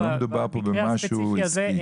לא מדובר פה במשהו עסקי.